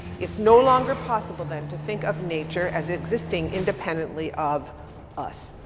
it's no longer possible then, to think of nature as existing independently of us.